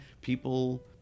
people